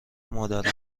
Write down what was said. مادرانه